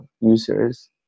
users